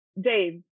Dave